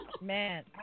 Man